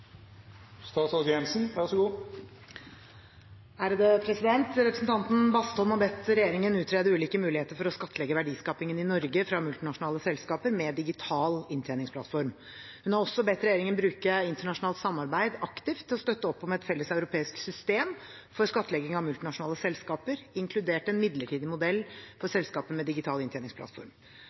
Representanten Bastholm har bedt regjeringen utrede ulike muligheter for å skattlegge verdiskapingen i Norge fra multinasjonale selskaper med digital inntjeningsplattform. Hun har også bedt regjeringen bruke internasjonalt samarbeid aktivt til å støtte opp om et felles europeisk system for skattlegging av multinasjonale selskaper, inkludert en midlertidig modell for selskaper med digital inntjeningsplattform.